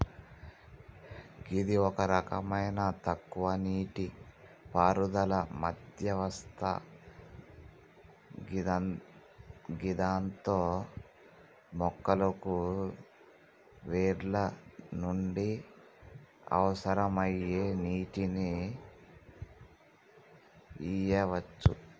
గిది ఒక రకమైన తక్కువ నీటిపారుదల వ్యవస్థ గిదాంతో మొక్కకు వేర్ల నుండి అవసరమయ్యే నీటిని ఇయ్యవచ్చు